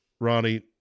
Ronnie